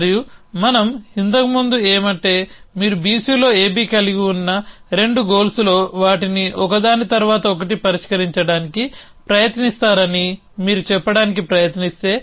మరియు మనం ఇంతకు ముందు ఏమంటే మీరు BC లో AB కలిగి ఉన్న రెండు గోల్స్లో వాటిని ఒక దాని తరువాత ఒకటి పరిష్కరించడానికి ప్రయత్నిస్తారని మీరు చెప్పడానికి ప్రయత్నిస్తే